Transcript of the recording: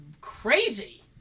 crazy